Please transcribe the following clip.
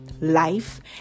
life